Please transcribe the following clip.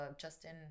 Justin